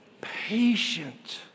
patient